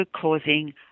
causing